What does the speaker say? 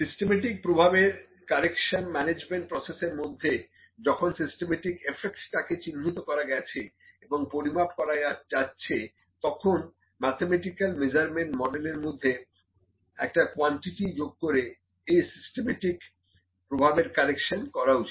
systematic প্রভাবের correction measurement প্রসেসর মধ্যে যখন সিস্টেমেটিক এফেক্ট টা কে চিহ্নিত করা গেছে এবং পরিমাপ করা যাচ্ছে তখন ম্যাথমেটিক্যাল মেজারমেন্ট মডেল এর মধ্যে একটা কোয়ান্টিটি যোগ করে এই সিস্টেমেটিক প্রভাবের কারেকশন করা উচিত